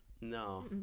No